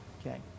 Okay